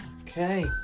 okay